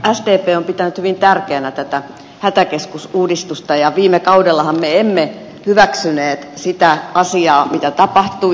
sdp on pitänyt hyvin tärkeänä tätä hätäkeskusuudistusta ja viime kaudellahan me emme hyväksyneet sitä asiaa mitä tapahtui